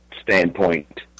standpoint